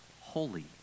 holy